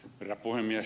herra puhemies